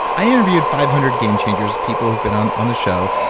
i interviewed five hundred game changers, people who've been on on the show,